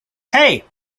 hey